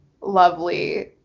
lovely